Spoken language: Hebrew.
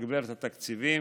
להגדלת התקציבים.